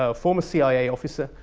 ah former cia officer,